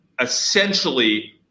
essentially